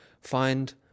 find